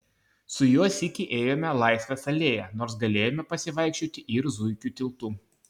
su juo sykį ėjome laisvės alėja nors galėjome pasivaikščioti ir zuikių tiltu